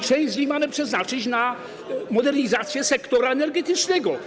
Część z nich mamy przeznaczyć na modernizację sektora energetycznego.